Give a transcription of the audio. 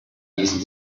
ließen